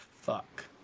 fuck